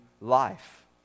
life